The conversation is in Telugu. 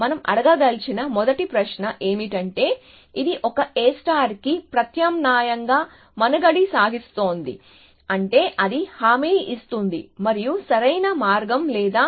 మనం అడగదలిచిన మొదటి ప్రశ్న ఏమిటంటే ఇది ఒక A కి ప్రత్యామ్నాయంగా మనుగడ సాగిస్తుందా అంటే అది హామీ ఇస్తుంది మరియు సరైన మార్గం లేదా